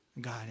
God